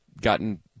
gotten